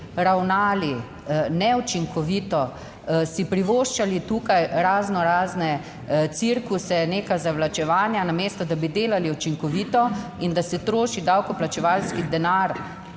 ravnali neučinkovito, si privoščili tukaj raznorazne cirkuse, neka zavlačevanja, namesto, da bi delali učinkovito in da se troši davkoplačevalski denar